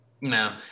No